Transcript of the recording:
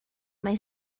mae